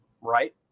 right